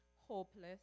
hopeless